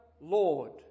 Lord